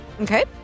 okay